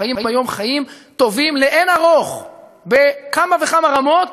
חיים היום חיים טובים לאין-ערוך בכמה וכמה רמות